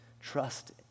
Trust